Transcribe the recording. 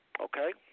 Okay